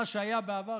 מה שבעבר,